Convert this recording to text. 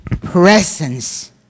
presence